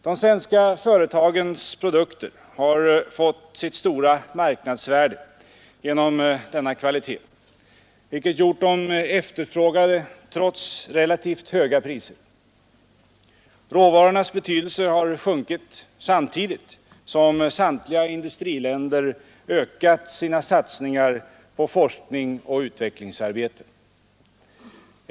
De svenska företagens produkter har fått sitt stora marknadsvärde genom denna kvalitet, vilket gjort dem efterfrågade trots relativt höga priser. Råvarornas betydelse har sjunkit samtidigt som samtliga industriländer ökat sina satsningar på forskning och utvecklingsarbete.